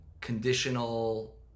conditional